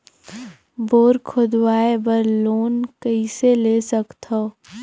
Bore खोदवाय बर loan कइसे ले सकथव?